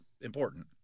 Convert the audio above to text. important